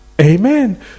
Amen